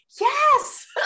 yes